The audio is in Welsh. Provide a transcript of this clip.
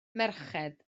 merched